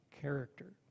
character